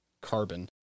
carbon